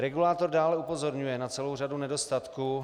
Regulátor dále upozorňuje na celou řadu nedostatků.